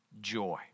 joy